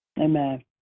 Amen